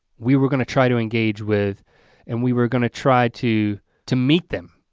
we were gonna try to engage with and we were gonna try to to meet them,